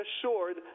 assured